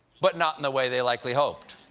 but not in the way they likely hoped.